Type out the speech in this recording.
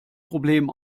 problem